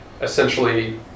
essentially